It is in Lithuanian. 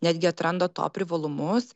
netgi atranda to privalumus